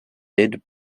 did